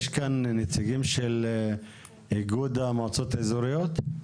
יש כאן נציגים של איגוד המועצות האזוריות?